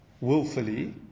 willfully